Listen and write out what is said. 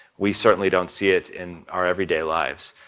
we certainly don't see it in our everyday lives.